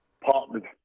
partnered